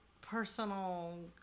personal